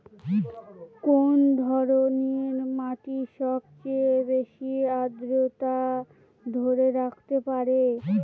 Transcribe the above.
কোন ধরনের মাটি সবচেয়ে বেশি আর্দ্রতা ধরে রাখতে পারে?